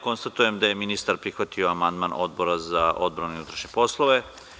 Konstatujem da je ministar prihvatio amandman Odbora za odbranu i unutrašnje poslove.